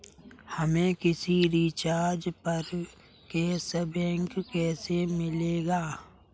हमें किसी रिचार्ज पर कैशबैक कैसे मिलेगा?